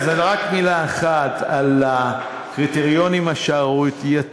אז רק מילה אחת על הקריטריונים השערורייתיים